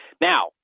Now